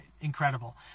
incredible